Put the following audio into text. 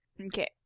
Okay